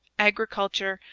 agriculture,